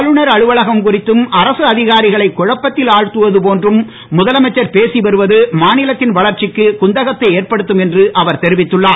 ஆளுநர் அலுவலகம் குறித்தும் அரசு அதிகாரிகளை குழப்பத்தில் ஆழ்த்துவது போன்றும் முதலமைச்சர் பேசி வருவது மாநிலத்தின் வளர்ச்சிக்கு குந்தகத்தை ஏற்படுத்தும் என்று அவர் தெரிவித்துள்ளார்